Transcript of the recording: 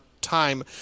time